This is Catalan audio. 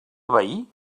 veí